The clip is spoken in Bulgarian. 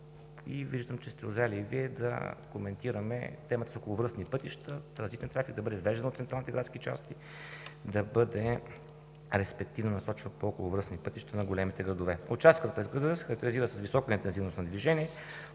Виждам, че и Вие сте узрели да коментираме темата с околовръстните пътища – транзитният трафик да бъде извеждан от централните градски части, да бъде респективно насочен по околовръстни пътища на големите градове. Участъкът през града се характеризира с висока интензивност на движение,